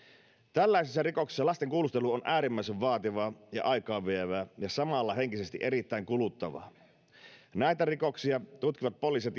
tällaisissa rikoksissa lasten kuulustelu on äärimmäisen vaativaa ja aikaavievää ja samalla henkisesti erittäin kuluttavaa näitä rikoksia tutkivat poliisit